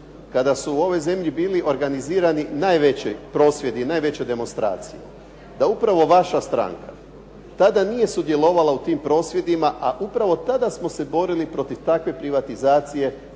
kada su u ovoj zemlji bili organizirani najveći prosvjedi i najveće demonstracije da vaša stranka nije sudjelovala u takvim prosvjedima a upravo tada smo se borili protiv takve privatizacije